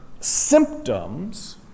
symptoms